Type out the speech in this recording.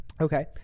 Okay